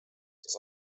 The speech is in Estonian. siis